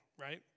right